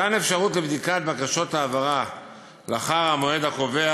מתן אפשרות לבדיקת בקשות העברה לאחר המועד הקובע